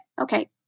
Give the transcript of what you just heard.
okay